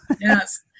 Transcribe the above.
Yes